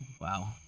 Wow